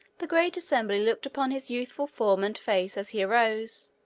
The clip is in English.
the great assembly looked upon his youthful form and face as he arose,